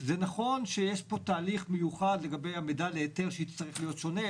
זה נכון שיש פה תהליך מיוחד לגבי עמידה להיתר שזה צריך להיות שונה,